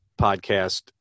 podcast